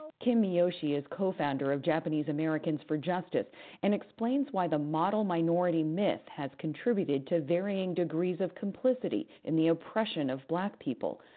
kim miyoshi is co-founder of japanese americans for justice and explains why the model minority myth has contributed to varying degrees of complicity in the oppression of black people,